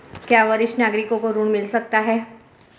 क्या वरिष्ठ नागरिकों को ऋण मिल सकता है?